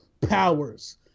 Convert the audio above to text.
powers